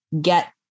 get